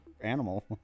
animal